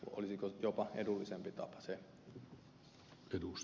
olisiko se jopa edullisempi tapa